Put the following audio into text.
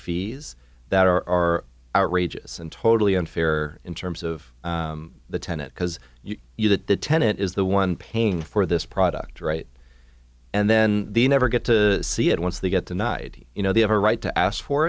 fees that are outrageous and totally unfair in terms of the tenant because you get the tenant is the one paying for this product right and then the never get to see it once they get denied you know they have a right to ask for